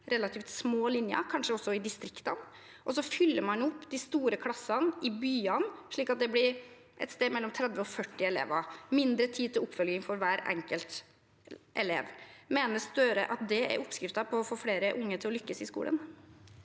relativt små linjer, kanskje også i distriktene, og så fyller man opp de store klassene i byene, slik at det blir et sted mellom 30 og 40 elever og mindre tid til oppfølging av hver enkelt elev. Mener Støre at det er oppskriften på å få flere unge til å lykkes i skolen?